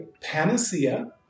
Panacea